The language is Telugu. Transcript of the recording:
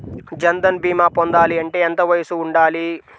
జన్ధన్ భీమా పొందాలి అంటే ఎంత వయసు ఉండాలి?